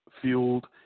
fueled